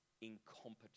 incompetent